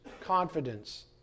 confidence